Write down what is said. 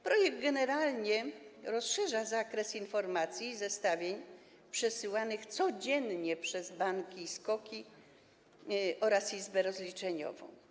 Projekt generalnie rozszerza zakres informacji i zestawień przesyłanych codziennie przez banki i SKOK-i oraz izbę rozliczeniową.